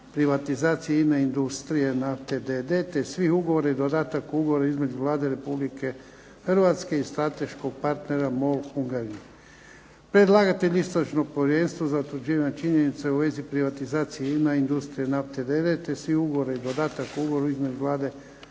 privatizacije INA Industrija nafte d.d., te svih ugovora i dodataka ugovora između Vlade Republike Hrvatske i strateškog partnera MOL Hungarian oil, predlagatelj Istražno povjerenstvo za utvrđivanje činjenica u vezi privatizacije INA Industrija nafte d.d., te svih ugovora i dodataka ugovora između Vlade